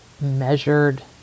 measured